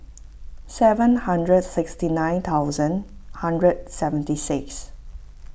seven hundred sixty nine thousand hundred seventy six